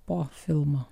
po filmo